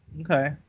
Okay